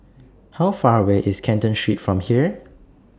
How Far away IS Canton Street from here